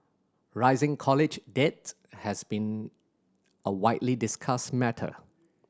rising college debt has been a widely discussed matter